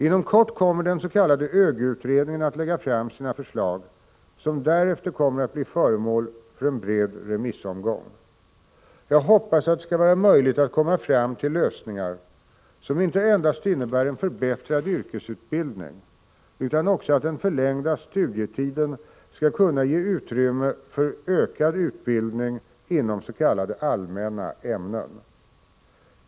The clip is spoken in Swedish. Inom kort kommer den s.k. ÖGY-utredningen att lägga fram sina förslag som därefter kommer att bli föremål för en bred remissomgång. Jag hoppas att det skall vara möjligt att komma fram till lösningar som inte endast innebär en förbättrad yrkesutbildning utan också att den förlängda studietiden skall kunna ge utrymme för utökad utbildning inom s.k. allmänna ämnen.